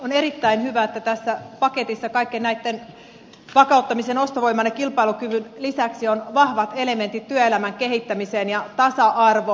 on erittäin hyvä että tässä paketissa kaikkien näitten vakauttamisen ostovoiman ja kilpailukyvyn lisäksi on vahvat elementit työelämän kehittämiseen ja tasa arvoon